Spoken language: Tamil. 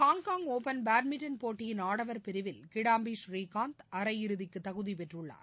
ஹாங்காங் ஒபன் பேட்மிண்டன் போட்டியின் ஆடவர் பிரிவில் கிடாம்பி ஸ்ரீகாந்த் அரையிறுதிக்கு தகுதி பெற்றுள்ளார்